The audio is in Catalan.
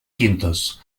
quintos